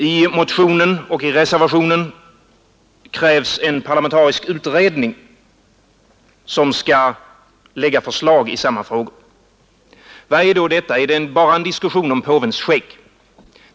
I motionen och i reservationen krävs en parlamentarisk utredning som skall lägga förslag i samma frågor. Vad är då detta? Är det bara en diskussion om påvens skägg?